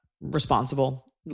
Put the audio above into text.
responsible